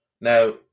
Now